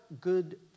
good